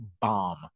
bomb